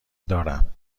دارم